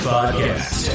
Podcast